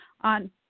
on